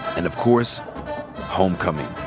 and of course homecoming,